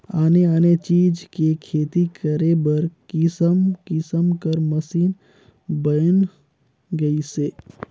आने आने चीज के खेती करे बर किसम किसम कर मसीन बयन गइसे